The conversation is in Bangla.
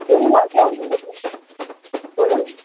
যদি লাগে আপনাকে বলবো বলুন